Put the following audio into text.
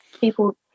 people